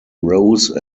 rose